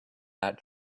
that